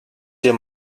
dir